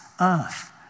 earth